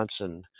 Johnson